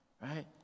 right